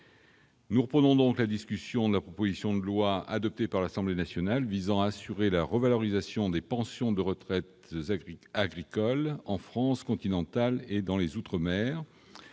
fin de la séance.- Suite de la proposition de loi, adoptée par l'Assemblée nationale, visant à assurer la revalorisation des pensions de retraite agricoles en France continentale et dans les outre-mer